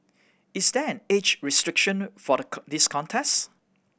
is there an age restriction for the this contest